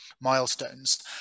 milestones